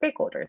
stakeholders